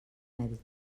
medici